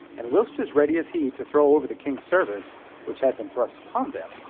and whilst as ready as he to throw over the king's service which had been thrust upon them,